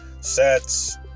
sets